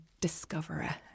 discoverer